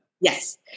Yes